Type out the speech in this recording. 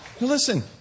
Listen